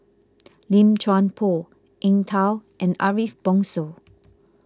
Lim Chuan Poh Eng Tow and Ariff Bongso